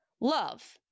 love